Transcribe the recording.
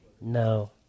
No